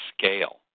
scale